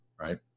Right